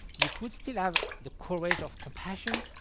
you could still have the courage of compassion,